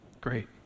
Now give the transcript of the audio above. great